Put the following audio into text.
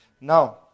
now